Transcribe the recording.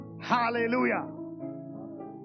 Hallelujah